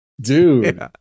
dude